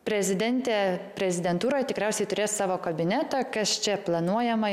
prezidentė prezidentūroj tikriausiai turės savo kabinetą kas čia planuojama